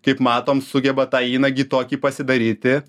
kaip matom sugeba tą įnagį tokį pasidaryti